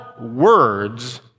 words